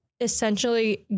essentially